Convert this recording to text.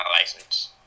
license